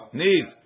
knees